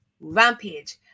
Rampage